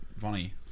funny